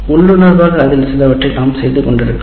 உள்ளுணர்வாக அதில் சிலவற்றை நாம் செய்து கொண்டிருக்கலாம்